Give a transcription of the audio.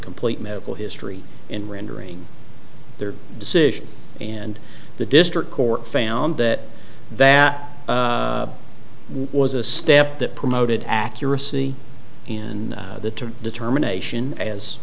complete medical history in rendering their decision and the district court found that that was a step that promoted accuracy and the determination as